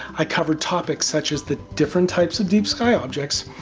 i covered topics such as the different types of deep sky objects,